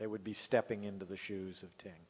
they would be stepping into the shoes of t